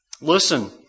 Listen